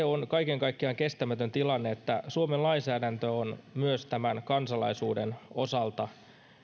on kaiken kaikkiaan kestämätön tilanne että suomen lainsäädäntö on myös kansalaisuuden osalta